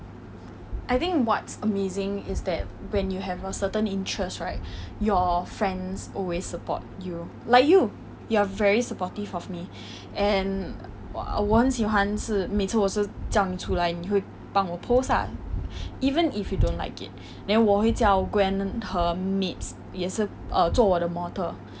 I think what's amazing is that when you have a certain interest right your friends always support you like you you're very supportive of me and 我很喜欢是每次都是叫你出来你会帮我 pose lah even if you don't like it then 我会叫 gwen 和 mipps 也是 err 做我的模特儿